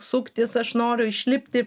suktis aš noriu išlipti